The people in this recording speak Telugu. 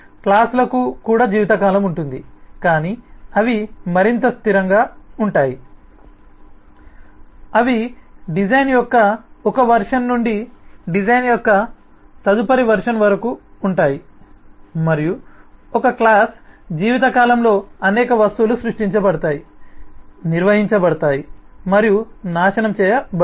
క్లాస్ లకు కూడా జీవితకాలం ఉంటుంది కానీ అవి మరింత స్థిరంగా ఉంటాయి అవి డిజైన్ యొక్క ఒక వెర్షన్ నుండి డిజైన్ యొక్క తదుపరి వెర్షన్ వరకు ఉంటాయి మరియు ఒకక్లాస్ జీవితకాలంలో అనేక వస్తువులు సృష్టించబడతాయి నిర్వహించబడతాయి మరియు నాశనం చేయబడతాయి